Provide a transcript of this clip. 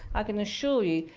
i can assure you,